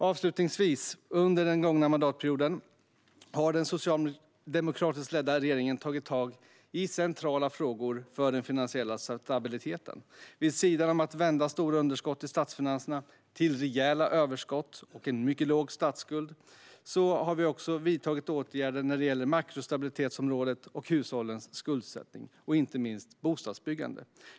Avslutningsvis vill jag säga att under den gångna mandatperioden har den socialdemokratiskt ledda regeringen tagit tag i centrala frågor för den finansiella stabiliteten. Vid sidan om att vända stora underskott i statsfinanserna till rejäla överskott och en mycket låg statsskuld har vi vidtagit åtgärder när det gäller makrostabilitetsområdet och hushållens skuldsättning och inte minst bostadsbyggandet.